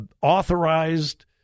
authorized